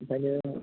ओंखायनो